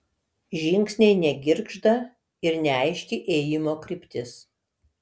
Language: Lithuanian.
žingsniai negirgžda ir neaiški ėjimo kryptis